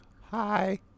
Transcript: Hi